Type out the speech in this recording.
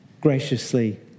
graciously